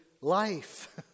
life